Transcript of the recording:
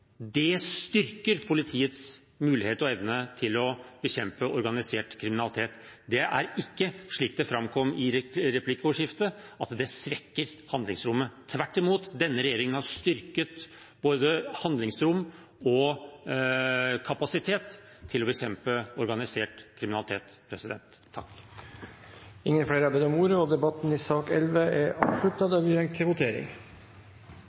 Det styrker politiets mulighet og evne til å bekjempe organisert kriminalitet. Det er ikke, slik det framkom i replikkordskiftet, å svekke handlingsrommet. Tvert imot, denne regjeringen har styrket både handlingsrom og kapasitet til å bekjempe organisert kriminalitet. Flere har ikke bedt om ordet til sak nr. 11. Under debatten er det satt fram i alt 13 forslag. Det er